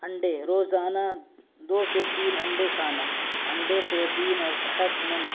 انڈے روزانہ دو سے تین انڈے کھانا انڈے پروٹین اور صحت مند